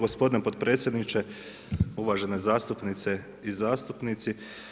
Gospodine potpredsjedniče, uvažene zastupnice i zastupnici!